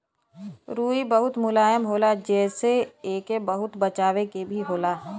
रुई बहुत मुलायम होला जेसे एके बहुते बचावे के भी होला